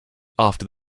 after